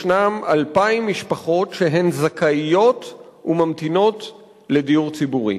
ישנן 2,000 משפחות שהן זכאיות וממתינות לדיור ציבורי.